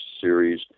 series